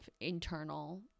internal